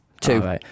two